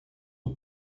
aux